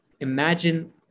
Imagine